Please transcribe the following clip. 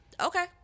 Okay